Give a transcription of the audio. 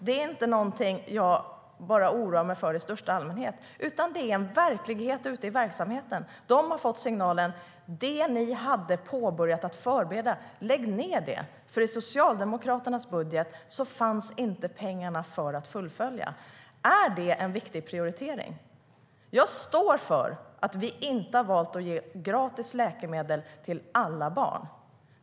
Det är inte någonting jag bara oroar mig för i största allmänhet, utan det är en verklighet ute i verksamheten. De har fått signalen: Lägg ned det ni hade börjat att förbereda! I Socialdemokraternas budget fanns nämligen inte pengarna för att fullfölja detta. Är det en viktig prioritering? Jag står för att vi inte har valt att ge gratis läkemedel till alla barn.